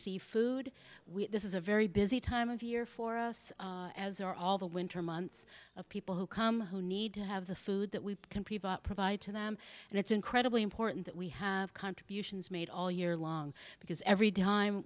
food we this is a very busy time of year for us as are all the winter months of people who come who need to have the food that we can provide to them and it's incredibly important that we have contributions made all year long because every time